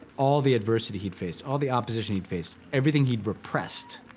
all the adversity he'd faced, all the opposition he'd faced, everything he'd repressed,